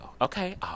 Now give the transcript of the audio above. okay